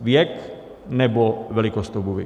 Věk, nebo velikost obuvi?